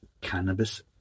cannabis